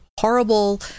horrible